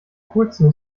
coolsten